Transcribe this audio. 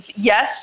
yes